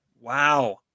Wow